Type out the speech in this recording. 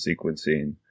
sequencing